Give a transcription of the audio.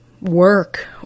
work